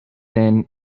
then